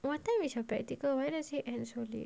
what time is your practical whey does it end so late